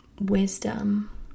wisdom